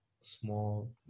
small